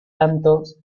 tantos